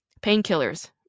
painkillers